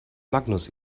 magnus